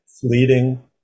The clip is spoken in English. fleeting